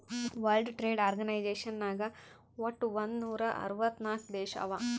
world trade organisation ನಾಗ್ ವಟ್ ಒಂದ್ ನೂರಾ ಅರ್ವತ್ ನಾಕ್ ದೇಶ ಅವಾ